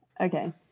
Okay